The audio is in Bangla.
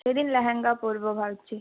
সেদিন লেহেঙ্গা পরব ভাবছি